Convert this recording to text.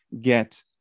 get